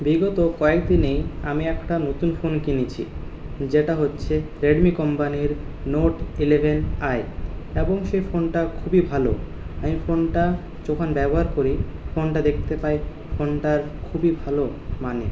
বিগত কয়েকদিনেই আমি একটা নতুন ফোন কিনেছি যেটা হচ্ছে রেডমি কোম্পানির নোট ইলেভেন আই এবং সে ফোনটা খুবই ভালো আমি ফোনটা যখন ব্যবহার করি ফোনটা দেখতে পাই ফোনটা খুবই ভালো মানে